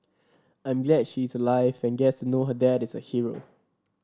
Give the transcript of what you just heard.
I'm glad she's alive and gets know her dad is a hero